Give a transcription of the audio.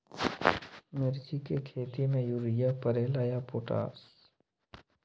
मिर्ची के खेती में यूरिया परेला या पोटाश?